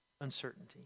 uncertainty